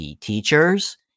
teachers